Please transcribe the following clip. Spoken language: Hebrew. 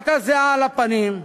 רק הזיעה על הפנים,